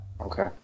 Okay